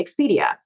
Expedia